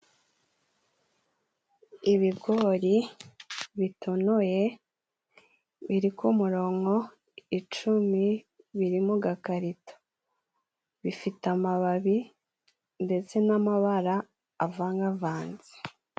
Ibigori bitonoye biri ku ku murongo icumi biri mu gakarito. Bifite amababi ndetse n'amabara avangavanze.